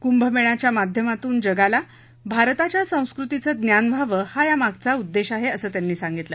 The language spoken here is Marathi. कुंभमेळ्याच्या माध्यमातून जगाला भारताच्या संस्कृतीचं ज्ञान व्हावं हा यामागचा उद्देश आहे असं त्यांनी सांगितलं